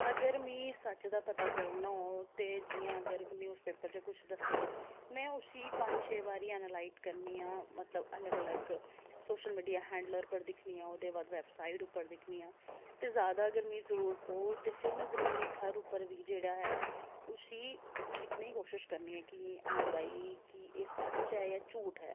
अगर मिगी सच्च दा पता करना होग ते जि'यां अगर न्यूज पेपर च कुछ दस्सेआ में उसी पंज छे बारी उसी ऐनालाइज़ करनी आं मतलब अलग अलग सोशल मीडिया हैंडलर उप्पर दिखनियां ओह्दे बाद बेबसाइट उप्पर दिखनियां ते जादा अगर मिगी जरूरत पौग ते फिर में जमीनी स्तर उप्पर बी जेह्ड़ा ऐ उसी दिखने दी कोशिश करनी आं कि आं भाई कि एह् सच ऐ जां झूठ ऐ